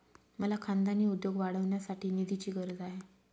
मला खानदानी उद्योग वाढवण्यासाठी निधीची गरज आहे